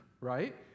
right